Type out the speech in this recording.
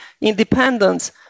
independence